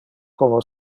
como